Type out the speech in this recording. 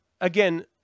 again